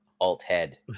alt-head